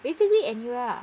basically anywhere ah